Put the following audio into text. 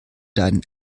deinen